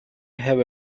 have